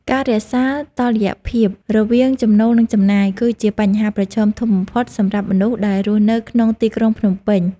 ការរក្សាតុល្យភាពរវាងចំណូលនិងចំណាយ គឺជាបញ្ហាប្រឈមធំបំផុតសម្រាប់មនុស្សដែលរស់នៅក្នុងទីក្រុងភ្នំពេញ។